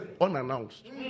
unannounced